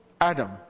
Adam